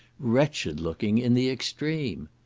wretched looking, in the extreme.